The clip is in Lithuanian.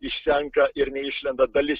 išsenka ir neišlenda dalis